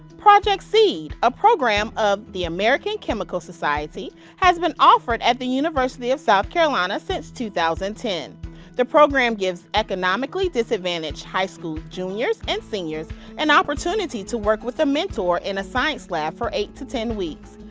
project seed, a program of the american chemical society has been offered at the university of south carolina since two thousand ten the program gives economically disadvantaged high school juniors and seniors an opportunity to work with a mentor in a science lab for eight to ten weeks.